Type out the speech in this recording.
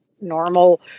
normal